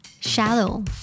Shallow